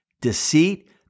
deceit